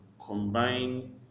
combine